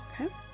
Okay